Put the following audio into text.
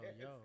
yo